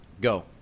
go